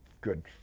Good